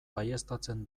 baieztatzen